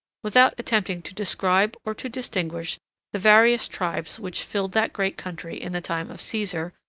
without attempting to describe or to distinguish the various tribes which filled that great country in the time of caesar,